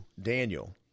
Daniel